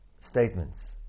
statements